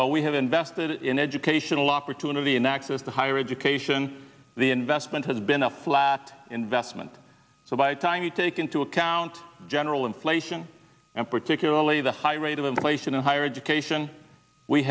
what we have invested in educational opportunity in access to higher education the investment has been a flat investment so by the time you take into account general inflation and particularly the high rate of inflation and higher education we